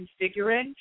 configuring